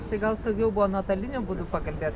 tai gal saugiau buvo nuotoliniu būdu pakalbėt